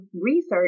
research